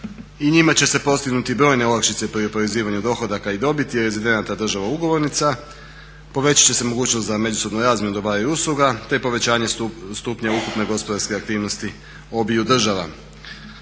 i njime će se postignuti brojne olakšice pri oporezivanju dohodaka i dobiti rezidenata država ugovornica. Povećat će se mogućnost za međusobnu razmjenu dobara i usluga te povećanje stupnja ukupne gospodarske aktivnosti obiju država.